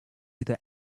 either